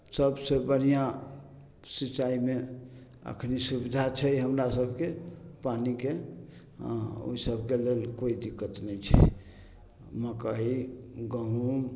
सबसँ बढ़िआँ सिचाइमे अखनी सुविधा छै हमरा सबके पानि के हँ ओइ सबके लेल कोइ दिक्कत नहि छै मक्कइ गहुम